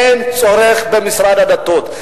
אין צורך במשרד הדתות.